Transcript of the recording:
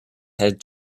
head